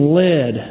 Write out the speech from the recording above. led